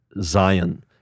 Zion